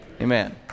Amen